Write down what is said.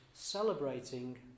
celebrating